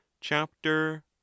Chapter